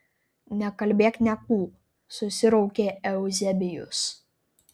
nekalbėk niekų susiraukė euzebijus